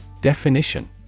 definition